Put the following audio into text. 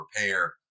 repair